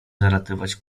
zalatywać